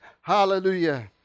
Hallelujah